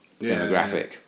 demographic